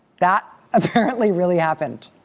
that apparently really happened.